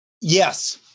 Yes